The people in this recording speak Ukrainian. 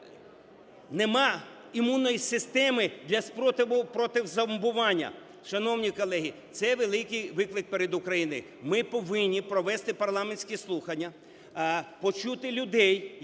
немає імунної системи для спротиву проти зомбування. Шановні колеги, це великий виклик перед Україною. Ми повинні провести парламентські слухання, почути людей, які